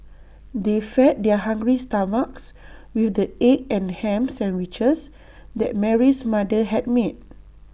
they fed their hungry stomachs with the egg and Ham Sandwiches that Mary's mother had made